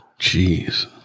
Jeez